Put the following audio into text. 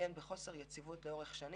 התאפיין בחוסר יציבות לאורך שנים.